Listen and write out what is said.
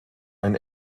ein